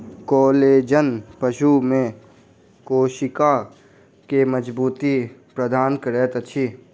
collagen पशु में कोशिका के मज़बूती प्रदान करैत अछि